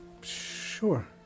Sure